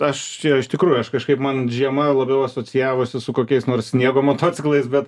aš čia iš tikrųjų aš kažkaip man žiema labiau asocijavosi su kokiais nors sniego motociklais bet